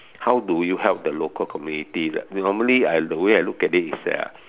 how do you help the local communities normally I the way I look at it is that uh